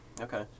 Okay